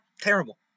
terrible